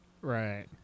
Right